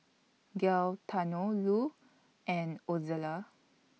Gaetano Lu and Ozella